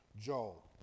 Joel